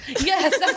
Yes